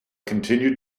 continued